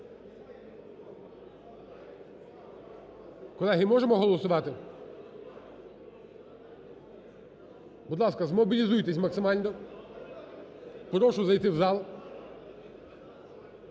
Колеги, можемо голосувати. Будь ласка, змобілізуйтесь максимально, прошу зайти в зал.